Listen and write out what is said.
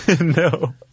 No